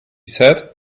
said